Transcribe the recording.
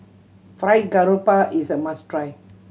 Fried Garoupa is a must try